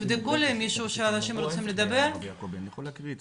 שאם יש פסק דין שמכיר ביהדות אז הם כן רושמים.